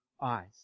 eyes